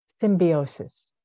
symbiosis